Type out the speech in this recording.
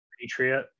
Patriot